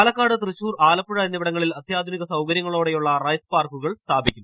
പാലക്കാട് തൃശ്ശൂർ ആലപ്പുഴ എന്നിവിടങ്ങളിൽ അത്യാധുനിക സൌകര്യത്തോടെയുള്ള റൈസ് ് പാർക്കുകൾ സ്ഥാപിക്കും